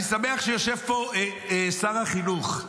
אני שמח שיושב פה שר החינוך.